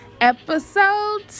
Episode